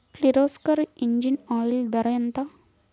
Kirloskar engine oil ధర ఎంత?